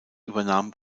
übernahm